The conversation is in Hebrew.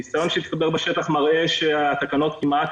ניסיון שהצטבר בשטח מראה שהתקנות כמעט